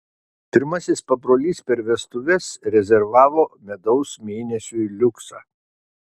pirmasis pabrolys per vestuves rezervavo medaus mėnesiui liuksą